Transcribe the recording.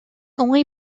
only